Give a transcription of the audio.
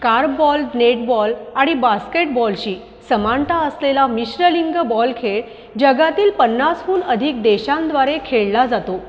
korfball netball आणि बास्केटबॉलशी समानता असलेला मिश्र लिंग बॉल खेळ जगातील पन्नासहून अधिक देशांद्वारे खेळला जातो